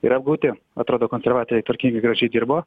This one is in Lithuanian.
yra apgauti atrodo konservatoriai tvarkingai gražiai dirbo